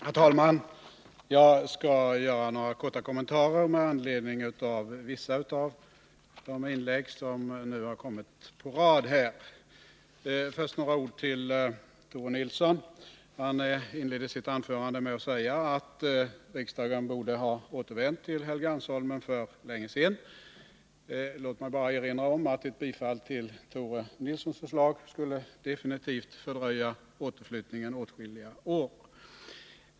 Herr talman! Jag skall göra några korta kommentarer med anledning av vissa av de inlägg som nu har kommit på rad här. Först vill jag säga några ord till Tore Nilsson. Han inledde sitt anförande med att säga att riksdagen borde ha återvänt till Helgeandsholmen för länge sedan. Låt mig bara erinra om att ett bifall till Tore Nilssons förslag skulle definitivt fördröja återflyttningen åtskilliga år.